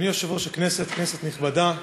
אדוני יושב-ראש הכנסת, כנסת נכבדה,